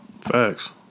Facts